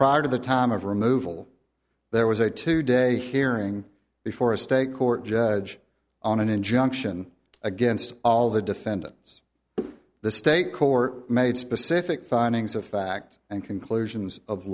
prior to the time of removal there was a two day hearing before a state court judge on an injunction against all the defendants the state court made specific findings of fact and conclusions of